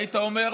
היית אומר: